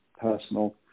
personal